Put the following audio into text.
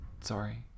sorry